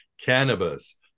Cannabis